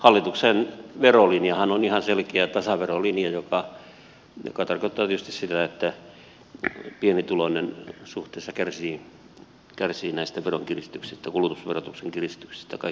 hallituksen verolinjahan on ihan selkeä tasaverolinja joka tarkoittaa tietysti sitä että pienituloinen suhteessa kärsii näistä veronkiristyksistä kulutusverotuksen kiristyksistä kaikkein eniten